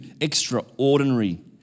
extraordinary